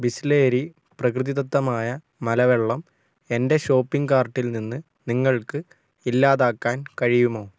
ബിസ്ലേരി പ്രകൃതിദത്തമായ മലവെള്ളം എന്റെ ഷോപ്പിംഗ് കാർട്ടിൽ നിന്ന് നിങ്ങൾക്ക് ഇല്ലാതാക്കാൻ കഴിയുമോ